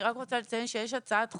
אני רק רוצה לציין שיש הצעת חוק,